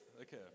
Okay